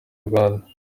rwanda